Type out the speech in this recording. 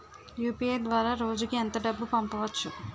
UPI ద్వారా రోజుకి ఎంత డబ్బు పంపవచ్చు?